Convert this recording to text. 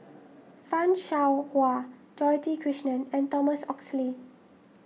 Fan Shao Hua Dorothy Krishnan and Thomas Oxley